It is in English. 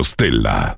Stella